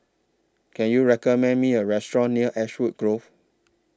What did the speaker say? Can YOU recommend Me A Restaurant near Ashwood Grove